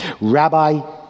Rabbi